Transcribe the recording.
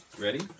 Ready